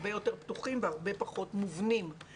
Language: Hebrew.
הרבה יותר פתוחים והרבה פחות מובנים,